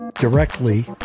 directly